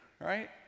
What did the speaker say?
right